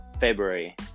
February